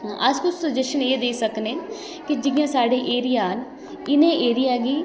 अस कुछ सजेशन एह् देई सकने कि जि'यां साढ़े एरिया न इ'नें एरिया गी